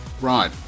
Right